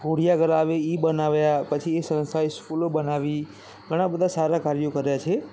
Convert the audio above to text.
ઘોડિયાઘર આવે એ બનાવ્યા પછી એ સંસ્થાઓએ સ્કૂલો બનાવી ઘણા બધા સારા કાર્યો કર્યા છે